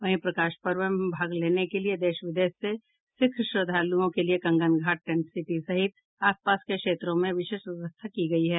वहीं प्रकाश पर्व में भाग लेने के लिये देश विदेश से सिख श्रद्धालुओं के लिए कंगन घाट टेंट सिटी सहित आस पास के क्षेत्रों में विशेष व्यवस्था की गयी है